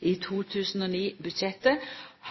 i 2009-budsjettet,